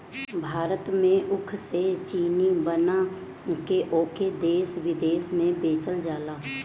भारत में ऊख से चीनी बना के ओके देस बिदेस में बेचल जाला